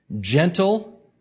gentle